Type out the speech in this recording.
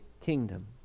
kingdom